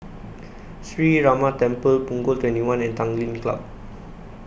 Sree Ramar Temple Punggol twenty one and Tanglin Club